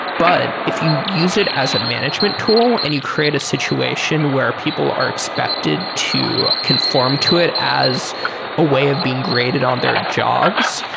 but if you use it as a management tool and you create a situation where people are expected to conform to it as a way of being graded on their jobs,